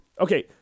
okay